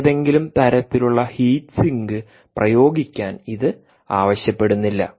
ഏതെങ്കിലും തരത്തിലുള്ള heat sink പ്രയോഗിക്കാൻ ഇത് ആവശ്യപ്പെടുന്നില്ല